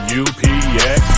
upx